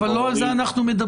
אבל לא על זה אנחנו מדברים.